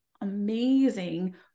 amazing